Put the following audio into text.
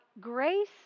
grace